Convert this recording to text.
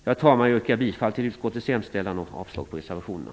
Jag yrkar bifall till utskottets hemställan och avslag på reservationerna.